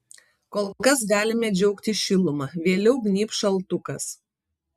kol kas galime džiaugtis šiluma vėliau gnybs šaltukas